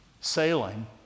sailing